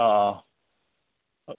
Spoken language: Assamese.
অঁ